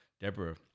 Deborah